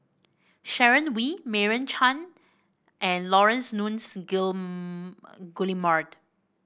Sharon Wee Meira Chand and Laurence Nunns Guillemard